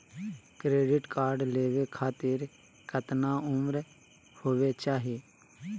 Credit card लेवे खातीर कतना उम्र होवे चाही?